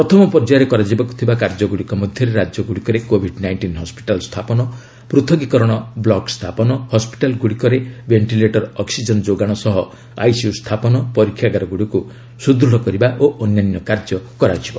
ପ୍ରଥମ ପର୍ଯ୍ୟାୟରେ କରାଯିବାକୁ ଥିବା କାର୍ଯ୍ୟଗୁଡ଼ିକ ମଧ୍ୟରେ ରାଜ୍ୟଗୁଡ଼ିକରେ କୋଭିଡ୍ ନାଇଷ୍ଟିନ୍ ହସ୍କିଟାଲ ସ୍ଥାପନ ପୃଥକୀକରଣ ବ୍ଲକ୍ ସ୍ଥାପନ ହସ୍କିଟାଲଗୁଡ଼ିକରେ ଭେଷ୍ଟିଲେଟର ଅକ୍ସିଜେନ୍ ଯୋଗାଣ ସହ ଆଇସିୟୁ ସ୍ଥାପନ ପରୀକ୍ଷାଗାରଗୁଡ଼ିକୁ ସୁଦୃଢ଼ କରିବା ଓ ଅନ୍ୟାନ୍ୟ କାର୍ଯ୍ୟ କରାଯିବ